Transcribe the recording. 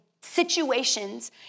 situations